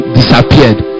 disappeared